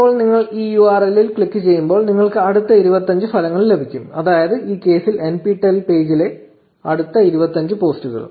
ഇപ്പോൾ നിങ്ങൾ ഈ URL ൽ ക്ലിക്കുചെയ്യുമ്പോൾ നിങ്ങൾക്ക് അടുത്ത 25 ഫലങ്ങൾ ലഭിക്കും അതായത് ഈ കേസിൽ NPTEL പേജിലെ അടുത്ത 25 പോസ്റ്റുകൾ